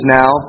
now